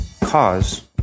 cause